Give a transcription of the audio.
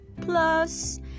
plus